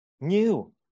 new